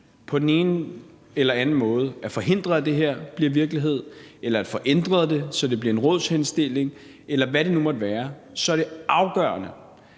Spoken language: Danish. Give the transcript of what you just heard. på den ene eller den anden måde at forhindre, at det her bliver virkelighed, eller at få ændret det, så det bliver en rådshenstilling, eller hvad det nu måtte være, så er det afgørende,